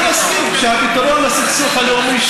אני מסכים שהפתרון לסכסוך הלאומי,